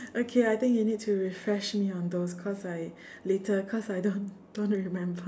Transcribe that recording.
okay I think you need to refresh me on those cause I later cause I don't don't remember